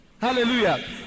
Hallelujah